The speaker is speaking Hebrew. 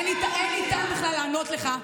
אין לי טעם בכלל לענות לך.